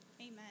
Amen